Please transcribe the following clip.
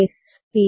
S